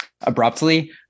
abruptly